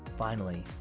finally,